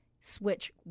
switch